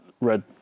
red